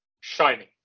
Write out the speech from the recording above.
shining